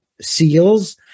seals